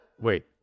Wait